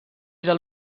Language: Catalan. del